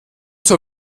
zur